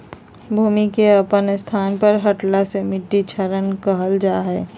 भूमि के अपन स्थान से हटला के मिट्टी क्षरण कहल जा हइ